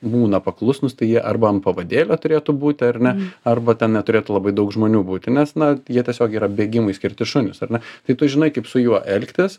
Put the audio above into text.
būna paklusnūs tai jie arba ant pavadėlio turėtų būti ar ne arba ten neturėtų labai daug žmonių būti nes na jie tiesiog yra bėgimui skirti šunys ar ne tai tu žinai kaip su juo elgtis